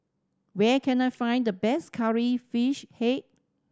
where can I find the best Curry Fish Head